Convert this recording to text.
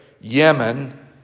Yemen